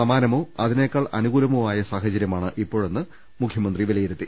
സമാനമോ അതിനേക്കാൾ അനുകൂലമോ ആയ സാഹചരൃമാണ് ഇപ്പോഴെന്ന് മുഖൃമന്ത്രി വിലയിരുത്തി